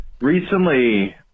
Recently